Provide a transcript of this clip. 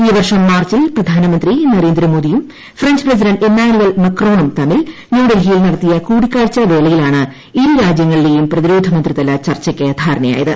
ഈ വർഷം മാർച്ചിൽ പ്രധാനമന്ത്രി നരേന്ദ്രമോദിയും ഫ്രഞ്ച് പ്രസിഡന്റ് ഇമ്മാനുവൽമാക്രോണും തമ്മിൽ ന്യൂഡൽഹിയിൽ നടത്തിയ കൂടിക്കാഴ്ചാ വേളയിലാണ് ഇരു രാജ്യങ്ങളിലേയും പ്രതിരോധമന്ത്രി തല ചർച്ചയ്ക്ക് ധാരണയായത്